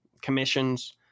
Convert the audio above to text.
commissions